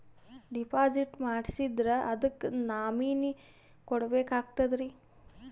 Deposit ಮಾಡ್ಸಿದ್ರ ಅದಕ್ಕ nominee ಕೊಡಬೇಕಾಗ್ತದ್ರಿ?